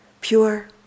pure